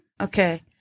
Okay